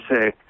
say